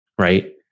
right